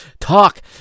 talk